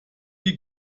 die